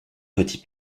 petit